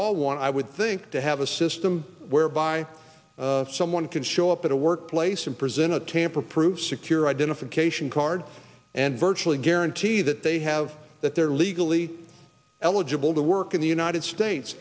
all want i would think to have a system whereby someone can show up at a workplace and presented tamper proof secure identification card and virtually guarantee that they have that they're legally eligible to work in the united states